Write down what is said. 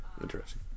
interesting